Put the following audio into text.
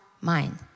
mind